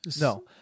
no